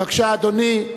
בבקשה, אדוני.